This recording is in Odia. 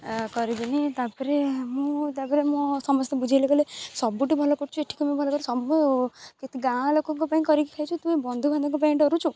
କରିବିନି ତା'ପରେ ମୁଁ ତା'ପରେ ମୁଁ ସମସ୍ତେ ବୁଝାଇଲେ କହିଲେ ସବୁଠି ଭଲ କରୁଛୁ ଏଠି ଭଲ କରି ସବୁ କେତେ ଗାଁ ଲୋକଙ୍କ ପାଇଁ କରିକି ଖାଇଛୁ ତୁ ଏ ବନ୍ଧୁବାନ୍ଧଙ୍କ ପାଇଁ ଡରୁଛୁ